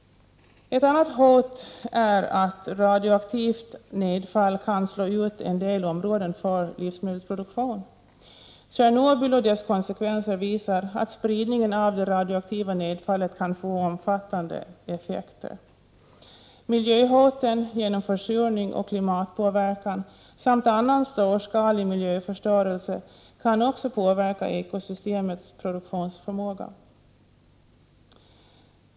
Ett annat hot är att radioaktivt nedfall kan slå ut en del områden för livsmedelsproduktion. Tjernobylolyckans konsekvenser visar att spridningen av det radioaktiva nedfallet kan få omfattande effekter. Miljöhoten genom försurning och klimatpåverkan samt annan storskalig miljöförstörelse kan också påverka ekosystemets produktionsförmåga.